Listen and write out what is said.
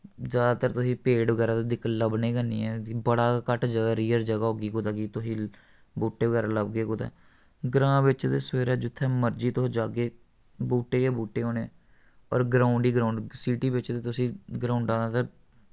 जैदातर तुसी पेड़ बगैरा दिक्ख लब्भने गै निं हैन बड़ा गै घट्ट ज'गा रेयर ज'गा होगी कुतै के तुसी बूह्टे बगैरा लभगे कुतै ग्रां बिच्च ते सवेरै जित्थै मर्जी तुस जागे बूह्टे गै बूह्टे होने और ग्राउंड ही ग्राउंड सिटी बिच्च ते तुसी ग्राउंडां दा ते